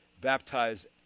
baptized